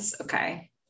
Okay